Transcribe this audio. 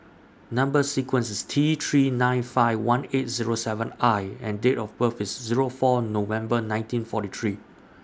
Number sequence IS T three nine five one eight Zero seven I and Date of birth IS Zero four November nineteen forty three